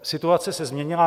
Situace se změnila.